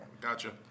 Gotcha